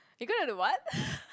you gonna do what